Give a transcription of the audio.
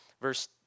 Verse